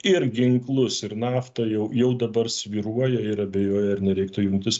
ir ginklus ir naftą jau jau dabar svyruoja ir abejoja ar nereiktų jungtis